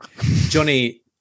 Johnny